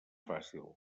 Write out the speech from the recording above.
fàcil